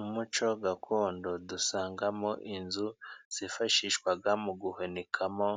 Umuco gakondo dusangamo inzu zifashishwaga mu guhunikamo,